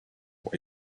what